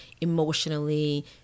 emotionally